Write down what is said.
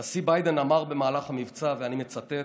הנשיא ביידן אמר במהלך המבצע, ואני מצטט: